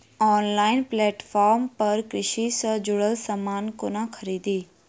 Online platform पर कृषि सँ जुड़ल समान कोना खरीदी?